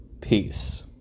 peace